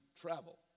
travel